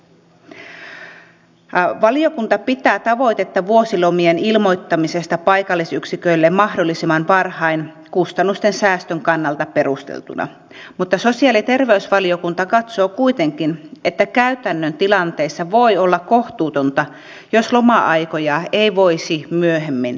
valiokunta pitää tavoitetta vuosilomien ilmoittamisesta paikallisyksiköille mahdollisimman varhain kustannusten säästön kannalta perusteltuna mutta sosiaali ja terveysvaliokunta katsoo kuitenkin että käytännön tilanteissa voi olla kohtuutonta jos loma aikoja ei voisi myöhemmin muuttaa